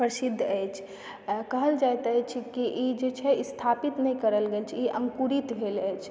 प्रसिद्ध अछि आ कहल जाइत अछि ई जे छै स्थापित नहि करल गेल छै ई अंकुरित भेल अछि